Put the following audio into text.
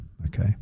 okay